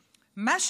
מה שבטוח,